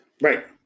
Right